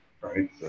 right